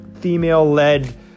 female-led